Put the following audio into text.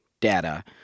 data